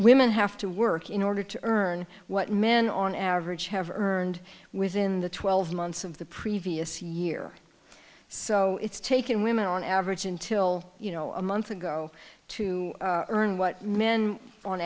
women have to work in order to earn what men on average have earned within the twelve months of the previous year so it's taken women on average until you know a month ago to earn what men on